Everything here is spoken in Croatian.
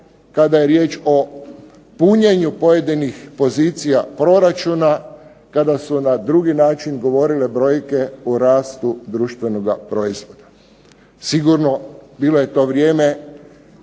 kada je riječ o punjenju pojedinih pozicija proračuna kada su na drugi način govorile brojke o rastu društvenoga proizvoda. Sigurno bilo je to vrijeme